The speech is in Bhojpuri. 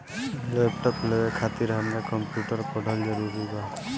लैपटाप लेवे खातिर हमरा कम्प्युटर पढ़ल जरूरी बा?